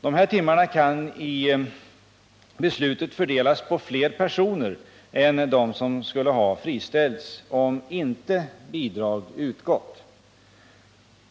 Antalet timmar kan därvid i beslutet fördelas på fler personer än som motsvaras av det antal som skulle ha friställts, om inte bidrag utgått.